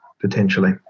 potentially